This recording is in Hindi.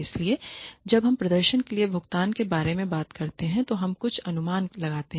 इसलिए जब हम प्रदर्शन के लिए भुगतान के बारे में बात करते हैं तो हम कुछ अनुमान लगाते हैं